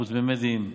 אנחנו תמימי דעים.